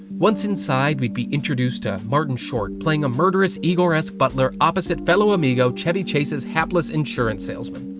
once inside we'd be introduced to martin short playing a murderous igor esque butler opposite fellow amigo chevy chase's hapless insurance salesmen.